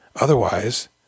otherwise